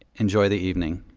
enjoy the evening.